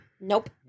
Nope